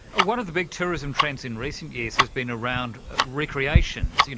one of the big tourism trends in recent years has been around recreations, you